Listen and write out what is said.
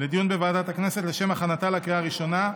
לדיון בוועדת הכנסת לשם הכנתה לקריאה הראשונה.